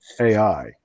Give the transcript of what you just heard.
ai